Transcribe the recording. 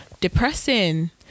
depressing